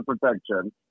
Protection